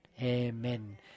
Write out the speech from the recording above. Amen